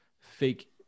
fake